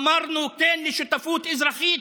אמרנו "כן" לשותפות אזרחית.